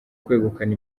kwegukana